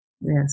Yes